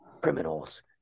criminals